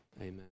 amen